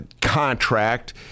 contract